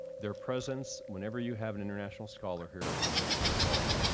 their presence, whenever you have an international scholar here, and enriches us all.